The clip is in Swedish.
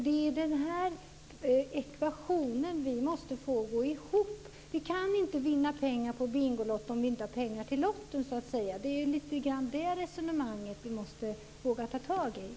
Det är den här ekvationen vi måste få att gå ihop. Vi kan inte vinna pengar på Bingolotto om vi inte har pengar till lotten. Det är lite grann det resonemanget vi måste våga ta itu med.